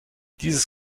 dieses